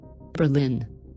Berlin